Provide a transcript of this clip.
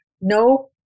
no